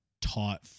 taught